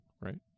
right